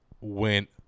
went